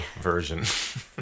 version